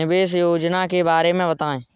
निवेश योजना के बारे में बताएँ?